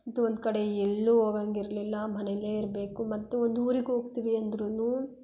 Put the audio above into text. ಮತ್ತು ಒಂದು ಕಡೆ ಎಲ್ಲೂ ಹೋಗಂಗ್ ಇರಲಿಲ್ಲ ಮನೆಲ್ಲೇ ಇರಬೇಕು ಮತ್ತು ಒಂದು ಊರಿಗೆ ಹೋಗ್ತಿವಿ ಅಂದ್ರೂ